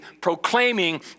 proclaiming